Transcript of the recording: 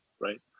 right